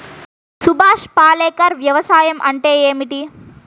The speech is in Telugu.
సుభాష్ పాలేకర్ వ్యవసాయం అంటే ఏమిటీ?